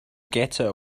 ghetto